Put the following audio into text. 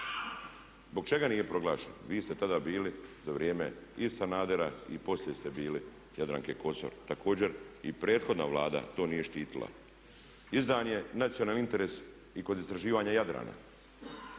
Zbog čega nije proglašen? Vi ste tada bili za vrijeme i Sanadera i poslije ste bili Jadranke Kosor, također i prethodna Vlada to nije štitila. Izdan je nacionalni interes i kod istraživanja Jadrana.